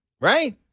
right